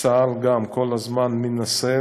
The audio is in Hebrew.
צה"ל כל הזמן מנסה,